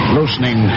loosening